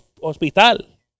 hospital